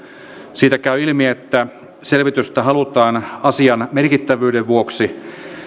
siitä käy ilmi että selvitystä halutaan asian merkittävyyden vuoksi